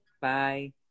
Bye